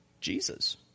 Jesus